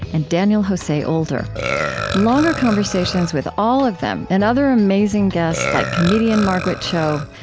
and daniel jose older longer conversations with all of them and other amazing guests, like comedian margaret cho,